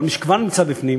אבל מי שכבר נמצא בפנים,